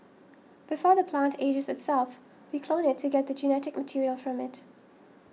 before the plant ages itself we clone it to get the genetic material from it